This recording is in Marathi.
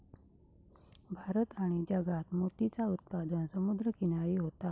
भारत आणि जगात मोतीचा उत्पादन समुद्र किनारी होता